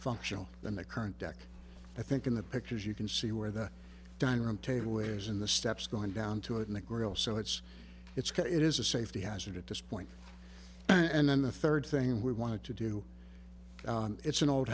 functional than the current deck i think in the pictures you can see where the dining room table weighs in the steps going down to it in the grill so it's it's got it is a safety hazard at this point and then the third thing we wanted to do it's an old